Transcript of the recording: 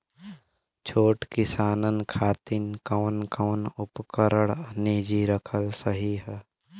छोट किसानन खातिन कवन कवन उपकरण निजी रखल सही ह?